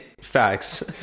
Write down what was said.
Facts